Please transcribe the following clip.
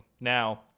Now